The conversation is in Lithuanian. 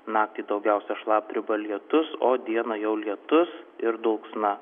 naktį daugiausia šlapdriba lietus o dieną jau lietus ir dulksna